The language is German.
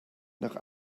nach